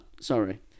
Sorry